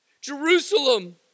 Jerusalem